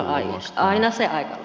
no aina se aika on